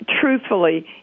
truthfully